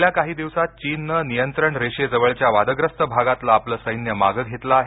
गेल्या काही दिवसात चीननं नियंत्रण रेषेजवळच्या वादग्रस्त भागातलं आपलं सैन्य मागं घेतलं आहे